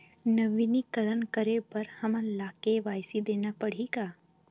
नवीनीकरण करे बर हमन ला के.वाई.सी देना पड़ही का?